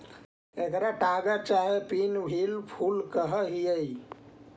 एकरा टगर चाहे पिन व्हील फूल कह हियई